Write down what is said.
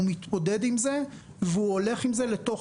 הוא מתמודד עם זה והוא הולך עם זה לתוך